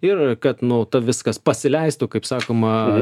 ir kad nuo to viskas pasileistų kaip sakoma